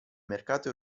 mercato